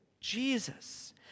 Jesus